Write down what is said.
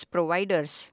Providers